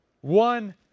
one